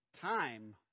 Time